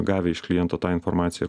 gavę iš kliento tą informaciją